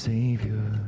Savior